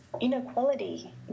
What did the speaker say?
inequality